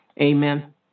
Amen